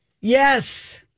Yes